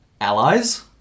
allies